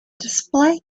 display